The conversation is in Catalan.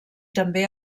també